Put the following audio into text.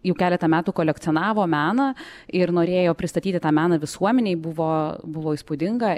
jau keletą metų kolekcionavo meną ir norėjo pristatyti tą meną visuomenei buvo buvo įspūdinga